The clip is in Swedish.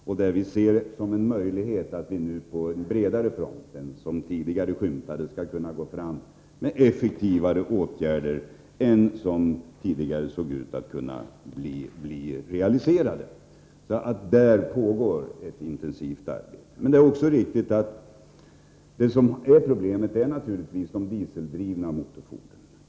Nu ser vi en möjlighet att på en bredare front än vad som tidigare tycktes vara möjlig få fram effektivare åtgärder än vad som förut bedömdes vara realistiskt. Här pågår alltså ett intensivt arbete. Problemet är naturligtvis de dieseldrivna fordonen.